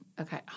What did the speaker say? Okay